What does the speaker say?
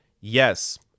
yes